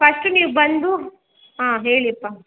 first ನೀವು ಬಂದು ಹಾಂ ಹೇಳಿಪ್ಪ